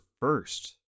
first